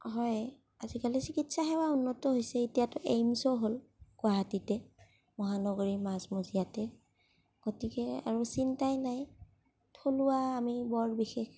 হয় আজিকালি চিকিৎসা সেৱা উন্নত হৈছে এতিয়াতো এইম্চো হ'ল গুৱাহাটীতে মহানগৰীৰ মাজ মজিয়াতে গতিকে আৰু চিন্তাই নাই থলুৱা আমি বৰ বিশেষ